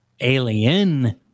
Alien